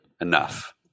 enough